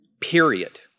Period